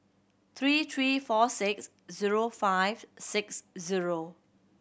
three three four six zero five six zero